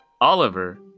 Oliver